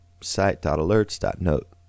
site.alerts.note